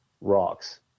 rocks